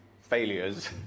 failures